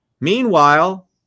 Meanwhile